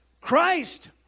Christ